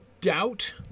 doubt